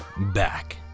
back